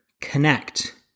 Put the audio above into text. connect